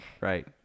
right